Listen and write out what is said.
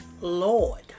Lord